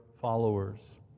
followers